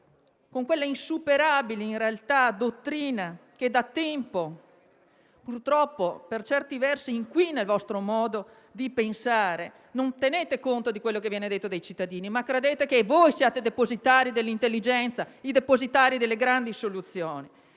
con quella insuperabile dottrina che da tempo purtroppo per certi versi inquina il vostro modo di pensare, non tenete conto di quello che viene detto dai cittadini. Credete di essere voi i depositari dell'intelligenza, i depositari delle grandi soluzioni